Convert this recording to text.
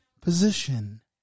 position